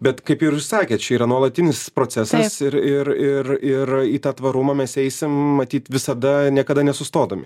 bet kaip ir jūs sakėt čia yra nuolatinis procesais ir ir ir į tą tvarumą mes eisim matyt visada niekada nesustodami